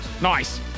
Nice